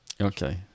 Okay